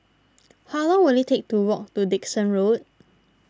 how long will it take to walk to Dickson Road